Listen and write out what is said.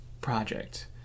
project